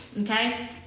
okay